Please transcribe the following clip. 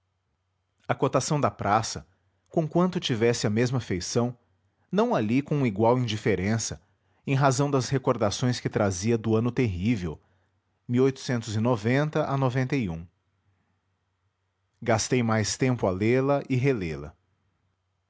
a cotação da praça conquanto tivesse a mesma feição não a li com igual indiferença em razão das recordações que trazia do ano terrível a astei mais tempo a lê-la e relê la